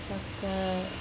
ചക്ക